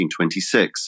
1926